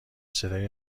صدای